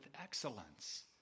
excellence